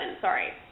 sorry